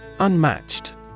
Unmatched